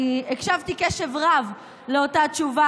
הקשבתי בקשב רב לאותה תשובה